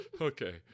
Okay